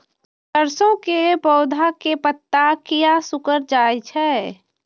सरसों के पौधा के पत्ता किया सिकुड़ जाय छे?